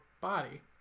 body